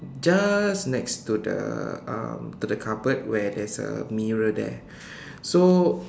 just next to the um to the cupboard where there is a mirror there so